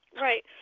Right